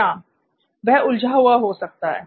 श्याम वह उलझा हुआ हो सकता है